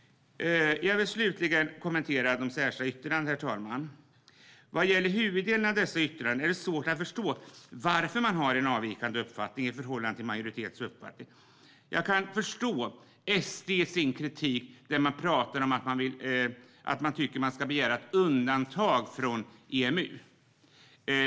Jag vill slutligen kommentera de särskilda yttrandena. Vad gäller huvuddelen av dessa yttranden är det svårt förstå varför man har en avvikande uppfattning i förhållande till majoritetens uppfattning. Jag kan förstå SD:s kritik där man tycker att Sverige ska begära ett undantag från EMU.